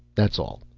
that's all.